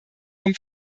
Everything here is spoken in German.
vom